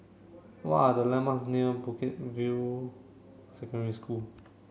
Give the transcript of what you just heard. what are the landmarks near Bukit View Secondary School